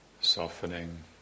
softening